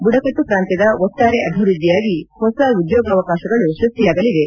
ಬುಡಕಟ್ಟು ಪ್ರಾಂತ್ಯದ ಒಟ್ಟಾರೆ ಅಭಿವೃದ್ದಿಯಾಗಿ ಹೊಸ ಉದ್ಖೋಗಾವಕಾಶಗಳು ಸೃಷ್ಟಿಯಾಗಲಿವೆ